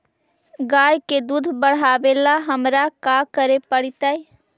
गाय के दुध बढ़ावेला हमरा का करे पड़तई?